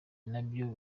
nabyo